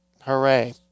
hooray